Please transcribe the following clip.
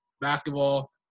basketball